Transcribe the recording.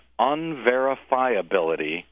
unverifiability